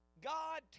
God